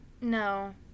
No